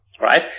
right